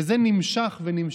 וזה נמשך ונמשך.